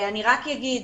אני רק אגיד,